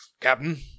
Captain